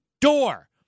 door